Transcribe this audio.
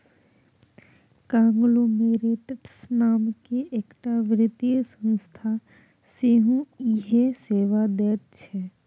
conglomerates नामकेँ एकटा वित्तीय संस्था सेहो इएह सेवा दैत छै